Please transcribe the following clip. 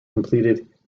completed